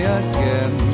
again